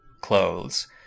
clothes